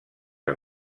que